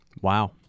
Wow